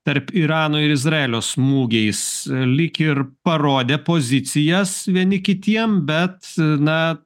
tarp irano ir izraelio smūgiais lyg ir parodė pozicijas vieni kitiem bet na